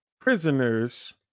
prisoners